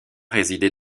résidait